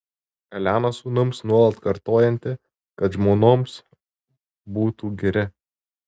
elena sūnums nuolat kartojanti kad žmonoms būtų geri